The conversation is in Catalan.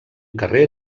carrer